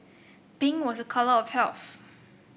pink was a colour of health